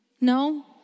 No